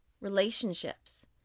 relationships